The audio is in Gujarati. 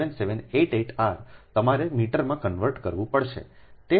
7788 r તમારે મીટરમાં કન્વર્ટ કરવું પડશે